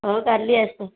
ହଉ କାଲି ଆସ